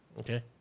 Okay